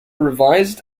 revised